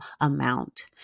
amount